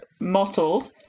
mottled